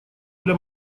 для